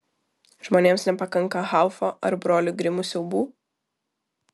žmonėms nepakanka haufo ar brolių grimų siaubų